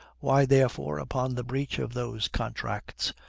why, therefore, upon the breach of those contracts,